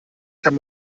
kann